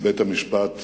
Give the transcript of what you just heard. נשיא בית-המשפט